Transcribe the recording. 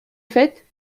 fait